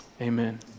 amen